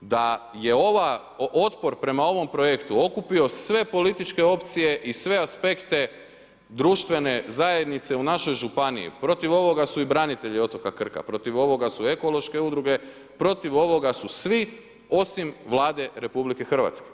Da je ovaj otpor prema ovom projektu okupio sve političke opcije i sve aspekte društvene zajednice u našoj županiji, protiv ovog su i branitelji otoka Krka, protiv ovoga su ekološke udruge, protiv ovoga su svi osim Vlade RH.